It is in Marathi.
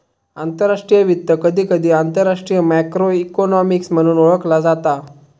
आंतरराष्ट्रीय वित्त, कधीकधी आंतरराष्ट्रीय मॅक्रो इकॉनॉमिक्स म्हणून ओळखला जाता